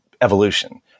evolution